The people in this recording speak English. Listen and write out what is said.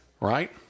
Right